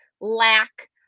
lack